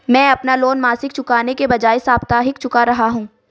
मैं अपना लोन मासिक चुकाने के बजाए साप्ताहिक चुका रहा हूँ